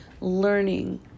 learning